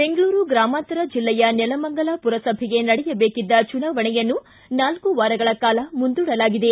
ಬೆಂಗಳೂರು ಗ್ರಾಮಾಂತರ ಜಿಲ್ಲೆಯ ನೆಲಮಂಗಲ ಪುರಸಭೆಗೆ ನಡೆಯಬೇಕಿದ್ದ ಚುನಾವಣೆಯನ್ನು ನಾಲ್ಕು ವಾರಗಳ ಕಾಲ ಮುಂದೂಡಲಾಗಿದೆ